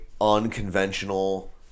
unconventional